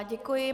Děkuji.